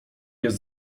jest